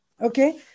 okay